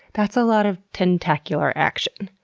that's a lot of tentacular action.